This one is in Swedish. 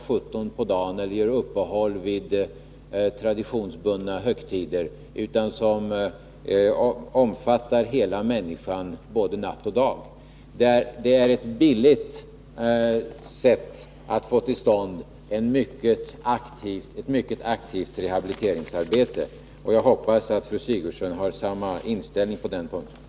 17 på dagen eller gör uppehåll vid traditionsbundna högtider, utan den pågår både natt och dag och omfattar hela människan. Det är ett billigt sätt att få till stånd ett mycket aktivt rehabiliteringsarbete. Jag hoppas att fru Sigurdsen har samma inställning på den punkten.